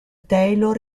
taylor